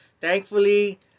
Thankfully